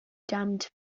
damned